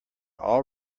all